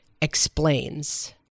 Explains